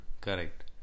Correct